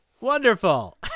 wonderful